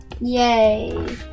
Yay